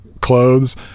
clothes